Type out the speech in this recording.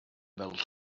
fel